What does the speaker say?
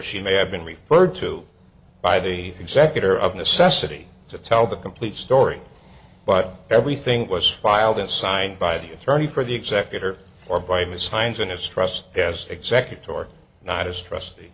she may have been referred to by the executor of necessity to tell the complete story but everything was filed and signed by the attorney for the executor or by me signs in his trust as executor or not as trust